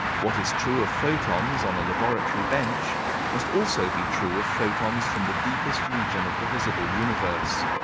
what is true of photons on a laboratory bench must also be true of photons from the deepest region of the visible universe.